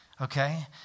Okay